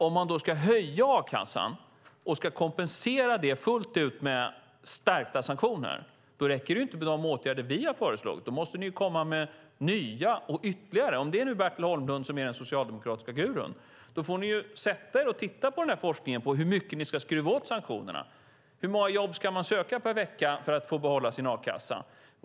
Om man då ska höja a-kassan och ska kompensera det fullt ut med stärkta sanktioner räcker det inte med de åtgärder vi har föreslagit. Då måste ni komma med nya, ytterligare åtgärder. Om det nu är Bertil Holmlund som är den socialdemokratiske gurun får ni ju sätta er och titta på forskningen för att se hur mycket ni ska skruva åt sanktionerna. Hur många jobb ska man söka per vecka för att få behålla sin a-kassa?